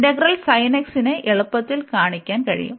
integral sin x നെ എളുപ്പത്തിൽ കാണിക്കാൻ കഴിയും